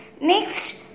Next